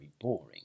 boring